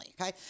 okay